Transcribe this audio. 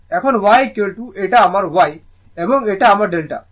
এখন y এটা আমার y এবং এটা আমার delta